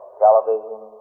television